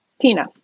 Tina